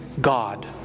God